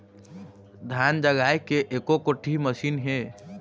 धान जगाए के एको कोठी मशीन हे?